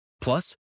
Plus